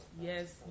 Yes